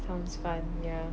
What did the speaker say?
sounds fun ya